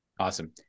Awesome